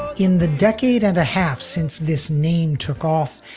in the decade and a half since this name took off,